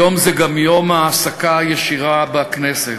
היום זה גם יום ההעסקה הישירה בכנסת,